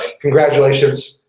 congratulations